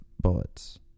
bullets